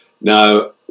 Now